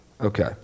okay